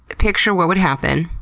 picture what would happen.